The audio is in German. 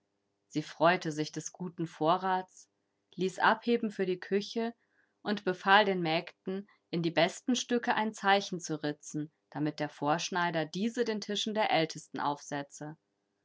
sie freute sich des guten vorrats ließ abheben für die küche und befahl den mägden in die besten stücke ein zeichen zu ritzen damit der vorschneider diese den tischen der ältesten aufsetze